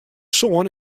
soan